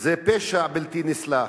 זה פשע בלתי נסלח,